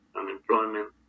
unemployment